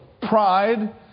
pride